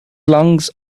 lungs